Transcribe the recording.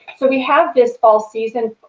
so we have, this fall season,